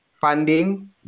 funding